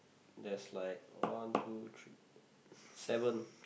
there's like one two three seven